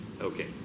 Okay